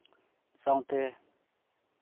ᱥᱟᱶᱛᱮ